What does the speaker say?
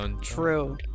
True